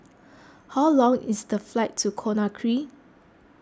how long is the flight to Conakry